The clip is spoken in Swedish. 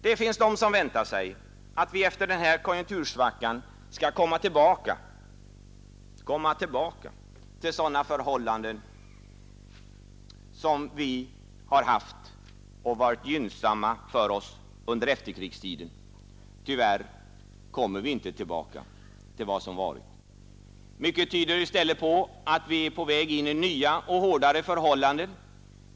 Det finns personer som väntar sig att vi efter den rådande konjunktursvackan skall komma tillbaka till sådana förhållanden som vi har haft och som varit gynnsamma för oss under efterkrigstiden. Tyvärr kommer vi inte tillbaka till vad som har varit. Mycket tyder i stället på att vi är på väg in i nya, hårdare förhållanden.